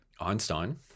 Einstein